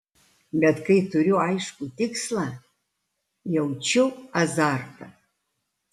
bet kai turiu aiškų tikslą jaučiu azartą